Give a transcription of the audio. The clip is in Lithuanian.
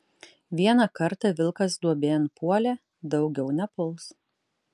vieną kartą vilkas duobėn puolė daugiau nepuls